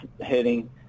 heading